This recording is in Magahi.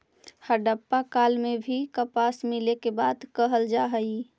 हड़प्पा काल में भी कपास मिले के बात कहल जा हई